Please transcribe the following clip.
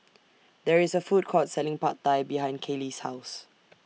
There IS A Food Court Selling Pad Thai behind Kaley's House